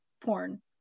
porn